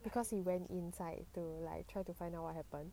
because you went inside to like try to find out what happen